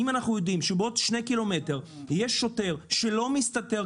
אם אנחנו יודעים שבעוד שני קילומטר יש שוטר שלא מסתתר,